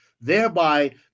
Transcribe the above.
thereby